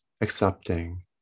accepting